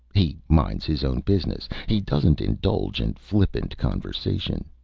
he minds his own business. he doesn't indulge in flippant conversation.